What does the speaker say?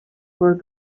for